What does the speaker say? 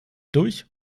durch